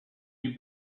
you